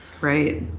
Right